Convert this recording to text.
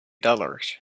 dollars